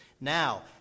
Now